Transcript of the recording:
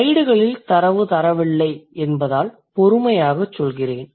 ஸ்லைடுகளில் தரவு தரவில்லை என்பதால் பொறுமையாகச் செல்கிறேன்